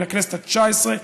מן הכנסת התשע-עשרה,